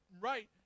right